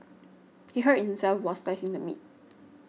he hurt himself while slicing the meat